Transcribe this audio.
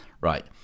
right